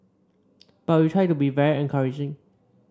but we try to be very encouraging